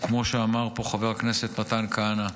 וכמו שאמר פה חבר הכנסת מתן כהנא,